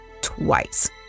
twice